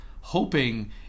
hoping